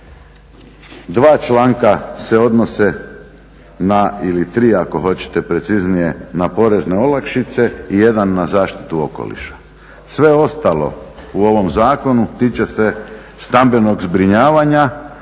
Dva članka se odnose ili tri ako hoćete preciznije na porezne olakšice i jedan na zaštitu okoliša. Sve ostalo u ovom zakonu tiče se stambenog zbrinjavanja